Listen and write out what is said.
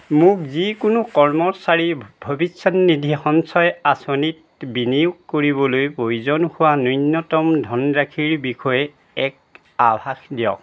মোক যিকোনো কৰ্মচাৰী ভৱিষ্যনিধি সঞ্চয় আঁচনিত বিনিয়োগ কৰিবলৈ প্ৰয়োজন হোৱা ন্যূনতম ধনৰাশিৰ বিষয়ে এক আভাস দিয়ক